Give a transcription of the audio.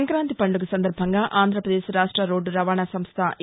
సంక్రాంతి పండుగ సందర్బంగా ఆంధ్రాప్రదేశ్ రాష్ట రోడ్డు రవాణా సంస్ట ఎ